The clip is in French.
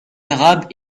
arabes